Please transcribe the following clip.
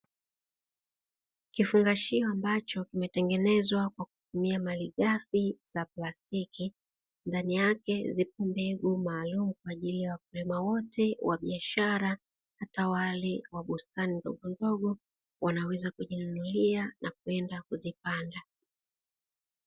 Kifungashiyo ambacho kimetengenezwa kwa kutumia malighafi za plastiki, ndani yake zipo mbegu maalumu kwa ajili ya wakulima wote wa biashara ata wale wa bustani ndogo ndogo wanaweza kujinunulia na kwenda kuzipanda.